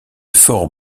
fort